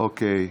אוקיי.